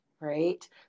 right